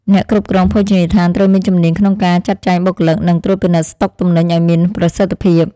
អ្នកគ្រប់គ្រងភោជនីយដ្ឋានត្រូវមានជំនាញក្នុងការចាត់ចែងបុគ្គលិកនិងត្រួតពិនិត្យស្តុកទំនិញឱ្យមានប្រសិទ្ធភាព។